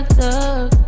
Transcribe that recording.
thug